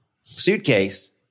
suitcase